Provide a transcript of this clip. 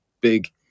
big